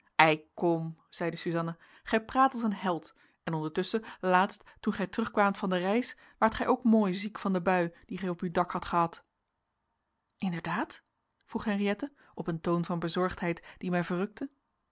kom zeide suzanna gij praat als een held en ondertusschen laatst toen gij terugkwaamt van de reis waart gij ook mooi ziek van de bui die gij op uw dak hadt gehad inderdaad vroeg henriëtte op een toon van bezorgdheid die mij verrukte